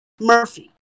Murphy